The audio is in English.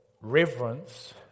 reverence